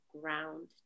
ground